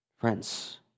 friends